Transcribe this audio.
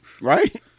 right